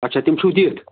اَچھا تِم چھُو دِتھ